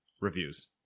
Reviews